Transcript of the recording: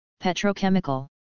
petrochemical